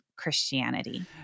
Christianity